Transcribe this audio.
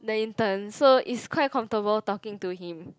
the intern so it's quite comfortable talking to him